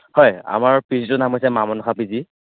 হয় আমাৰ পিজিটোৰ নাম হৈছে মা মনসা পিজি